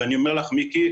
אני אומר לך שמ-2010,